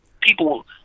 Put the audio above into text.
people